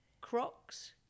Crocs